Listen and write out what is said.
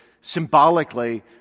symbolically